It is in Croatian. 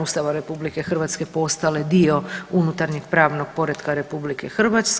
Ustava RH postale dio unutarnjeg pravnog poretka RH.